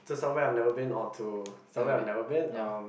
to somewhere I've never been or to somewhere I've never been um